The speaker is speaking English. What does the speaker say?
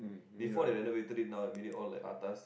before they renovated it now and made it all like atas